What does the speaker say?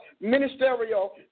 ministerial